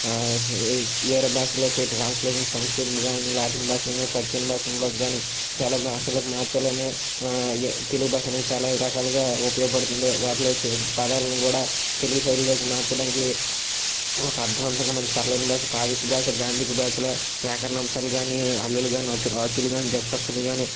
వేరే భాషల్లోకి ట్రాన్స్లేషన్ సంస్కృతి కానీ లాటిన్ భాషల్లో కానీ పర్షియన్ భాషల్లో కానీ చాలా భాషలకు మార్చాలని తెలుగు భాషను చాలా రకాలుగా ఉపయోగపడుతుంది వాటిలో వచ్చే పదాలు కూడా తెలుగు శైలిలోకి మార్చడానికి ఒక అర్థవంతంగా సరలైన భాష కావ్య భాష గ్రాంధిక భాషగా వ్యాకరణ అంశాలు కానీ హల్లులు కానీ అచ్చులు కానీ దివాసాక్స్లు కానీ